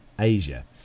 Asia